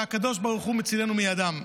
והקדוש ברוך הוא מצילנו מידם.